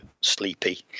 sleepy